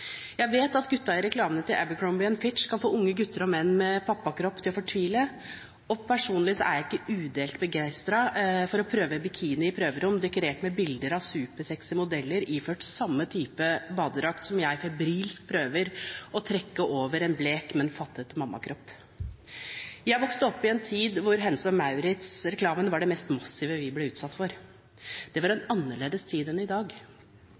Jeg vet at guttene i reklamen til Abercrombie & Fitch kan få unge gutter og menn med pappakropp til å fortvile, og personlig er jeg ikke udelt begeistret for å prøve bikini i prøverom dekorert med bilder av supersexy modeller iført samme type badedrakt som jeg febrilsk prøver å trekke over en blek, men fattet mammakropp. Jeg vokste opp i en tid da Hennes & Mauritz-reklamen var det mest massive vi ble utsatt for. Det var en annerledes tid enn i dag.